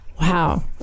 wow